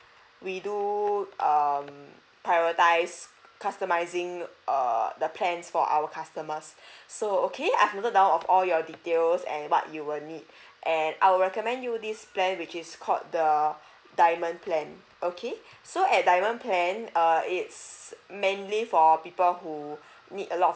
we do um prioritise customising err the plans for our customers so okay I've noted down of all your details and what you will need and I'll recommend you this plan which is called the diamond plan okay so at diamond plan uh it's mainly for people who need a lot of